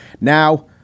Now